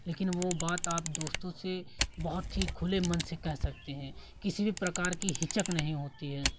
लेकिन वो बात आप दोस्तों से बहुत ही खुले मन से कह सकते हैं किसी भी प्रकार की हिचक नहीं होती है